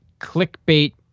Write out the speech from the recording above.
clickbait